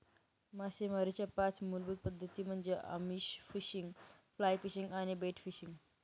मासेमारीच्या पाच मूलभूत पद्धती म्हणजे आमिष फिशिंग, फ्लाय फिशिंग आणि बेट फिशिंग